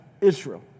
Israel